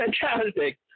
fantastic